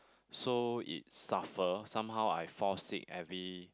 so it suffers somehow I fall sick every